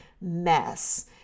mess